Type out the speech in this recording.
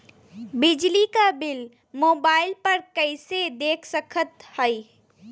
बिजली क bill mobile पर कईसे देख सकत हई?